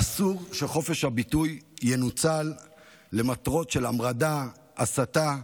אסור שחופש הביטוי ינוצל למטרות של המרדה, הסתה.